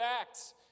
acts